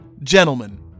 Gentlemen